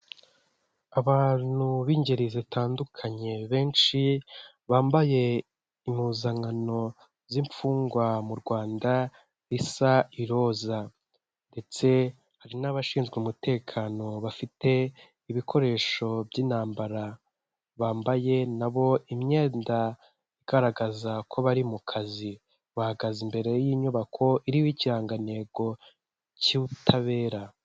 Abantu b'ingeri zitandukanye benshi bambaye impuzankano z'imfungwa mu Rwanda risa iroza ndetse hari n'abashinzwe umutekano bafite ibikoresho by'intambara, bambaye na bo imyenda igaragaza ko bari mu kazi, bahagaze imbere y'inyubako iriho ikirangantego cy'ubutabera.